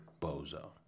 Bozo